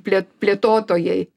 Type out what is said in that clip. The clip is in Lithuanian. plė plėtotojai